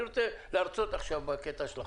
אני רוצה להרצות עכשיו בקטע של החוק.